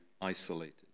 isolated